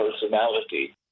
personality